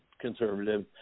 conservative